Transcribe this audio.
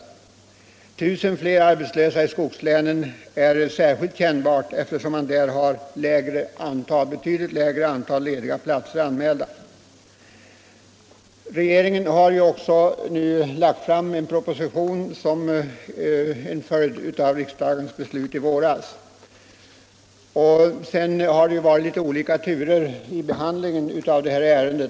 1000 flera arbetslösa i skogslänen är särskilt kännbart, eftersom man där har betydligt färre lediga platser anmälda. Såsom en följd av riksdagens beslut i våras har regeringen nu framlagt en proposition. Sedan har det varit litet olika turer i behandlingen av detta ärende.